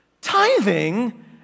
Tithing